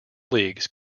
leagues